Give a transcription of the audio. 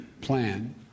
plan